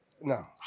No